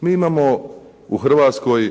Mi imamo u Hrvatskoj